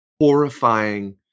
horrifying